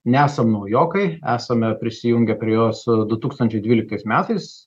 nesam naujokai esame prisijungę prie jos su du tūkstančiai dvyliktais metais